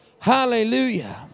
Hallelujah